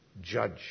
judge